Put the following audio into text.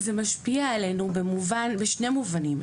זה משפיע עלינו בשני מובנים.